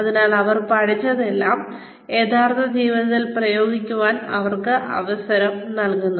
അതിനാൽ അവർ പഠിച്ചതെല്ലാം യഥാർത്ഥ ജീവിതത്തിൽ പ്രയോഗിക്കാൻ അവർക്ക് അവസരം നൽകുന്നു